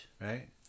Right